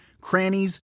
crannies